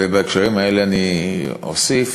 ובהקשרים האלה אני אוסיף: